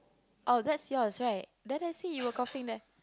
oh that's yours right then let's say you were coughing there